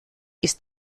ist